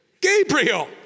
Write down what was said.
Gabriel